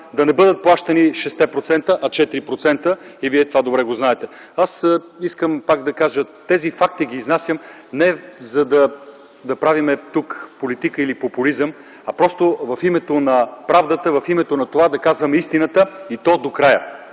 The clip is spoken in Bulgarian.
а четири процента? Вие това добре го знаете. Искам пак да кажа – тези факти ги изнасям, не за да правим тук политика или популизъм, а просто в името на правдата, в името на това да казваме истината, и то до края.